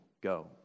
go